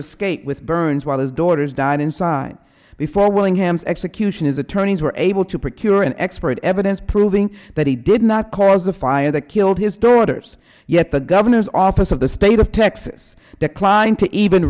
escape with burns while his daughters died inside before willingham execution his attorneys were able to particular an expert evidence proving that he did not cause the fire that killed his daughters yet the governor's office of the state of texas declined to even